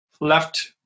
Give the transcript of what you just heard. left